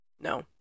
No